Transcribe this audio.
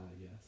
Yes